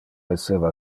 esseva